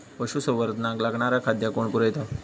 पशुसंवर्धनाक लागणारा खादय कोण पुरयता?